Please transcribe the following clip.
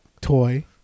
toy